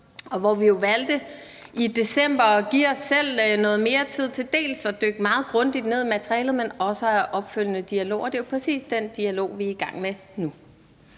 hvor vi jo i december valgte at give os selv noget mere tid til at dykke meget grundigt ned i materialet, men også til at have opfølgende dialoger. Det er præcis den dialog, vi er i gang med nu.